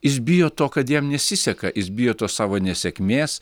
jis bijo to kad jam nesiseka jis bijo tos savo nesėkmės